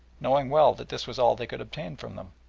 knowing well that this was all they could obtain from them.